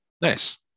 Nice